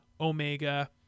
Omega